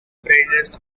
predators